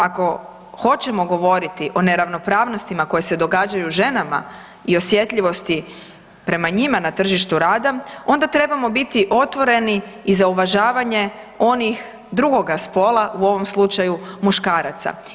Ako hoćemo govoriti o neravnopravnostima koje se događaju ženama i osjetljivosti prema njima na tržištu rada onda trebamo biti otvoreni i za uvažavanje onih drugoga spola u ovom slučaju muškaraca.